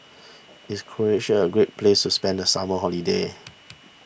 is Croatia a great place to spend the summer holiday